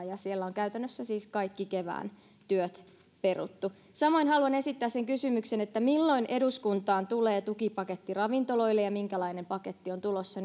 ja siellä on käytännössä siis kaikki kevään työt peruttu samoin haluan esittää sen kysymyksen milloin eduskuntaan tulee tukipaketti ravintoloille ja minkälainen paketti on tulossa